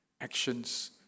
actions